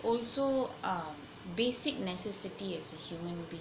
also are basic necessity as a human being